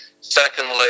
secondly